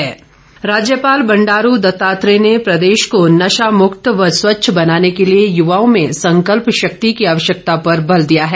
राज्यपाल राज्यपाल बंडारू दत्तात्रेय ने प्रदेश को नशा मुक्त व स्वच्छ बनाने के लिए युवाओं में संकल्प शक्ति की आवश्यकता पर बल दिया है